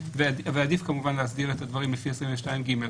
עדיף כמובן להסדיר את הדברים לפי 22(ג).